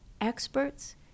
experts